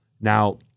Now